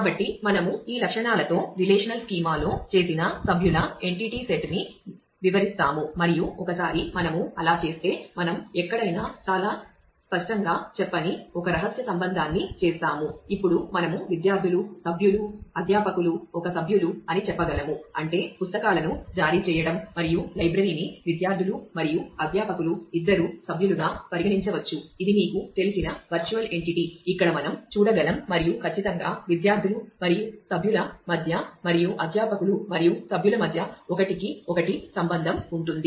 కాబట్టి మనము ఈ లక్షణాలతో రిలేషనల్ స్కీమా ఇక్కడ మనం చూడగలం మరియు ఖచ్చితంగా విద్యార్థులు మరియు సభ్యుల మధ్య మరియు అధ్యాపకులు మరియు సభ్యుల మధ్య ఒకటికి ఒకటి సంబంధం ఉంటుంది